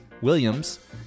Williams